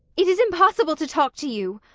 it is impossible to talk to you.